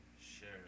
share